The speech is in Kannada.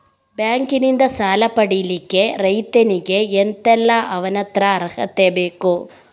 ಬ್ಯಾಂಕ್ ನಿಂದ ಸಾಲ ಪಡಿಲಿಕ್ಕೆ ರೈತನಿಗೆ ಎಂತ ಎಲ್ಲಾ ಅವನತ್ರ ಅರ್ಹತೆ ಬೇಕು?